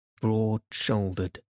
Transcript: broad-shouldered